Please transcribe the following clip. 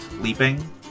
leaping